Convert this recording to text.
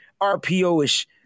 RPO-ish